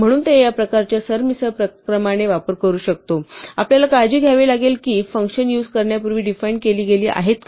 म्हणून ते या प्रकारच्या सरमिसळ क्रमाने वापर करू शकतो आपल्याला काळजी घ्यावी लागेल की फंक्शन युझ करण्यापूर्वी डिफाइन्ड केली गेली आहेत का